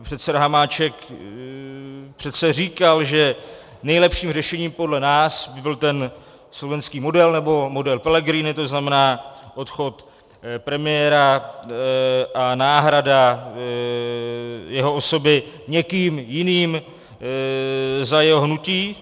Předseda Hamáček přece říkal, že nejlepším řešením podle nás by byl ten slovenský model, nebo model Pellegrini, to znamená odchod premiéra a náhrada jeho osoby někým jiným za jeho hnutí.